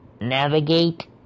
navigate